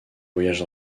voyages